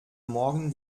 morgen